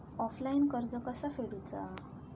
Offline कर्ज कसा फेडूचा?